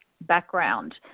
background